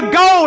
go